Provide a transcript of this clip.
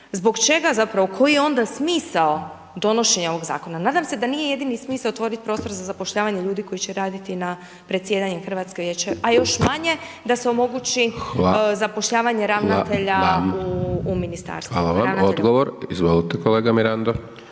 zbog čega zapravo, koji je onda smisao donošenja ovoga zakona. Nadam se da nije jedini smisao otvoriti prostor za zapošljavanje ljudi koji će raditi na predsjedanjem Hrvatske vijećem, a još manje da se omogući zapošljavanje ravnatelja u ministarstvu, ravnatelja. **Hajdaš